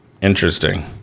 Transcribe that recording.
interesting